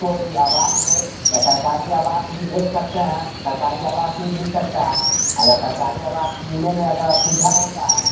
कोई आवास हो या सरकारी आवास भी देख सकते हैं सरकारी आवास भी मिल सकता है अगर सरकारी आवास मिलने में अगर असुविधा होता है